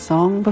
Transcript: Song